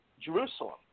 Jerusalem